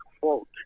quote